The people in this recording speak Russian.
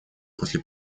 после